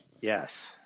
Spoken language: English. yes